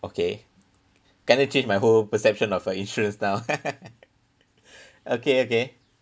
okay kind of change my whole perception of a insurance now okay okay